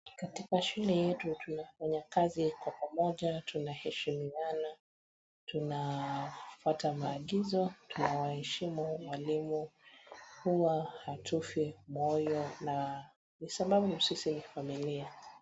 katika shule yetu tunafanya kazi kwa pamoja, tunaheshimiana, tunafuata maagizo, tunawaheshimu walimu huwa hatufi moyo na ni sababu sisi ni familia.